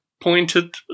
pointed